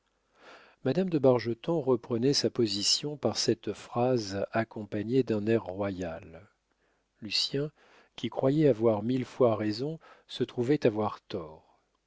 madame de bargeton reprenait sa position par cette phrase accompagnée d'un air royal lucien qui croyait avoir mille fois raison se trouvait avoir tort